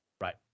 Right